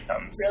comes